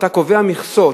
מכסות,